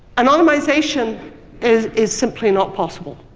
anonymization is is simply not possible.